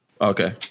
Okay